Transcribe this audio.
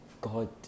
God